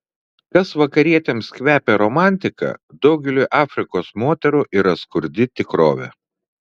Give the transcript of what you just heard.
kas vakarietėms kvepia romantika daugeliui afrikos moterų yra skurdi tikrovė